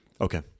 Okay